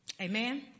amen